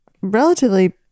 relatively